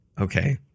Okay